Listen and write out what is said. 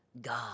God